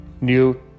New